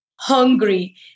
hungry